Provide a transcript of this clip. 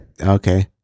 Okay